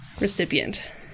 recipient